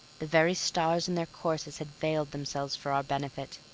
the very stars in their courses had veiled themselves for our benefit.